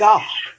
God